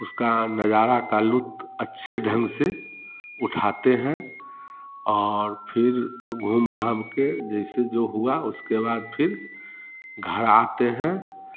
उस का नज़ारा का लुत्फ़ अच्छे ढंग से उठाते हैं और फिर घूम घाम के जैसे जो हुआ उसके बाद फिर घर आते हैं